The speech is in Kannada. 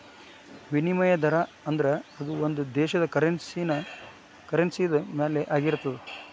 ವಿನಿಮಯ ದರಾ ಅಂದ್ರ ಅದು ಒಂದು ದೇಶದ್ದ ಕರೆನ್ಸಿ ದ ಮೌಲ್ಯ ಆಗಿರ್ತದ